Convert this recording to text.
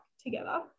together